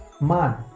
man